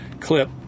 clip